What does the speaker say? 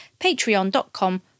patreon.com